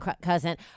cousin